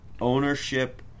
ownership